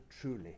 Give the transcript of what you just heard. truly